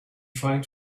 trying